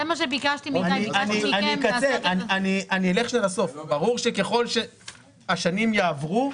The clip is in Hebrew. ברור שככל שהשנים יעברו,